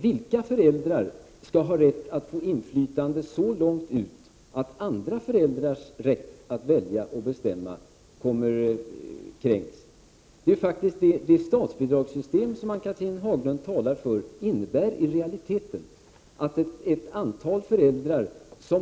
Vilka föräldrar skall då få rätt att utöva inflytande så långt att andra föräldrars rätt att välja och bestämma kränks? Det statsbidragssystem som Ann-Cathrine Haglund talar för innebär i realiteten att ett antal föräldrar får